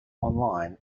online